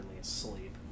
asleep